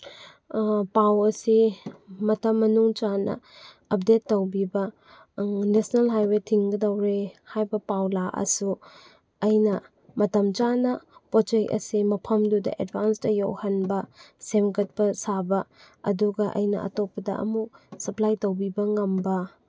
ꯄꯥꯎ ꯑꯁꯤ ꯃꯇꯝ ꯃꯅꯨꯡ ꯆꯥꯅ ꯑꯞꯗꯦꯠ ꯇꯧꯕꯤꯕ ꯅꯦꯁꯅꯦꯜ ꯍꯥꯏꯋꯦ ꯊꯤꯡꯒꯗꯧꯔꯦ ꯍꯥꯏꯕ ꯄꯥꯎ ꯂꯥꯛꯑꯁꯨ ꯑꯩꯅ ꯃꯇꯝ ꯆꯥꯅ ꯄꯣꯠ ꯆꯩ ꯑꯁꯦ ꯃꯐꯝꯗꯨꯗ ꯑꯦꯗꯚꯥꯟꯁꯇ ꯌꯧꯍꯟꯕ ꯁꯦꯝꯒꯠꯄ ꯁꯥꯕ ꯑꯗꯨꯒ ꯑꯩꯅ ꯑꯇꯣꯞꯄꯗ ꯑꯃꯨꯛ ꯁꯄ꯭ꯂꯥꯏ ꯇꯧꯕꯤꯕ ꯉꯝꯕ